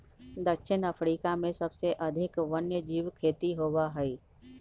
दक्षिण अफ्रीका में सबसे अधिक वन्यजीव खेती होबा हई